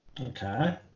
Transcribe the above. okay